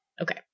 Okay